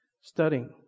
studying